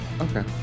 Okay